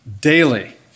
daily